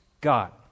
God